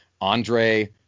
Andre